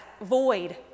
void